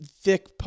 thick